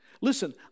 Listen